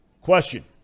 Question